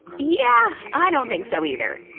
yeah, i don't think so either.